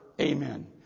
Amen